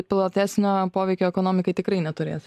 platesnio poveikio ekonomikai tikrai neturės